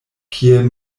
kiel